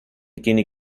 guinea